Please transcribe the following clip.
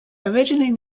originally